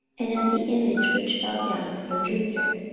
and of the image which fell down from jupiter?